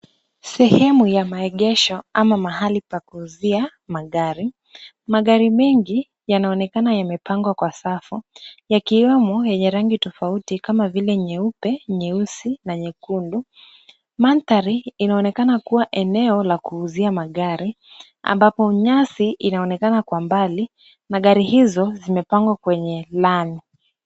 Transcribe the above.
Sehemu ya maegesho ama mahali pa kuuzia magari. Magari mengi yanaonekana yamepangwa kwa safu yakiwemo yenye rangi tofauti kama vile nyeupe, nyeusi na nyekundu. Mandhari inaonekana kuwa eneo la kuuzia magari ambapo nyasi inaonekana kwa mbali na gari hizo zimepangwa kwenye lami.